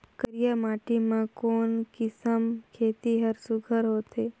करिया माटी मा कोन किसम खेती हर सुघ्घर होथे?